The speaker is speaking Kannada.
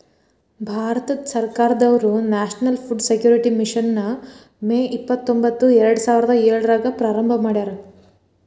ಭಾರತ ಸರ್ಕಾರದವ್ರು ನ್ಯಾಷನಲ್ ಫುಡ್ ಸೆಕ್ಯೂರಿಟಿ ಮಿಷನ್ ನ ಮೇ ಇಪ್ಪತ್ರೊಂಬತ್ತು ಎರಡುಸಾವಿರದ ಏಳ್ರಾಗ ಪ್ರಾರಂಭ ಮಾಡ್ಯಾರ